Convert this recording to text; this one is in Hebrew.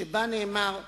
שבה נאמר: